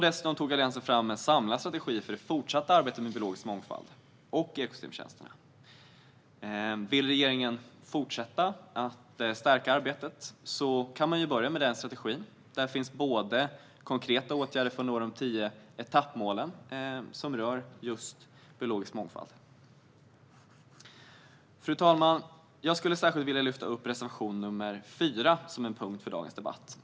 Dessutom tog Alliansen fram en samlad strategi för det fortsatta arbetet med biologisk mångfald och ekosystemtjänsterna. Vill regeringen fortsätta att stärka arbetet kan den ju börja med denna strategi, där det finns konkreta åtgärder för att nå de tio etappmålen som rör biologisk mångfald. Fru talman! Jag skulle särskilt vilja lyfta fram reservation nr 4 som en punkt i dagens debatt.